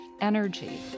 energy